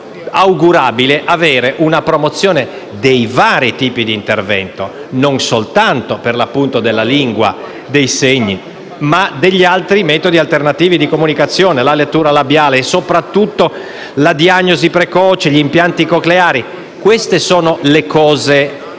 augurabile avere una promozione dei vari tipi di intervento, non soltanto della lingua dei segni, ma anche degli altri metodi alternativi di comunicazione, come la lettura labiale e soprattutto la diagnosi precoce e gli impianti cocleari. Questo è quanto